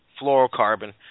fluorocarbon